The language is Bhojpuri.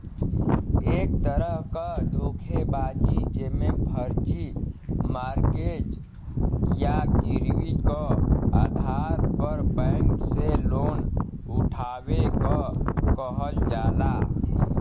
एक तरह क धोखेबाजी जेमे फर्जी मॉर्गेज या गिरवी क आधार पर बैंक से लोन उठावे क कहल जाला